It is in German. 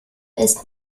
ist